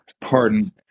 pardon